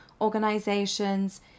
organizations